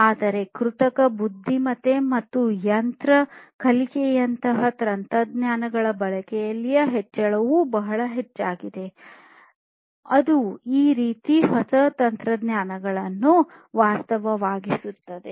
ಆದರೆ ಕೃತಕ ಬುದ್ಧಿಮತ್ತೆ ಮತ್ತು ಯಂತ್ರ ಕಲಿಕೆಯಂತಹ ತಂತ್ರಜ್ಞಾನಗಳ ಬಳಕೆಯಲ್ಲಿನ ಹೆಚ್ಚಳವೂ ಬಹಳ ಮುಖ್ಯವಾದುದು ಅದು ಈ ರೀತಿಯ ಹೊಸ ತಂತ್ರಜ್ಞಾನಗಳನ್ನು ವಾಸ್ತವವಾಗಿಸುತ್ತಿದೆ